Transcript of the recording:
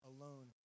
alone